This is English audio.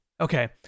Okay